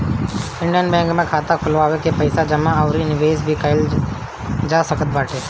Indian bank में खाता खोलवा के पईसा जमा अउरी निवेश भी कईल जा सकत बाटे